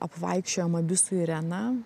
apvaikščiojom abi su irena